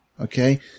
Okay